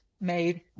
made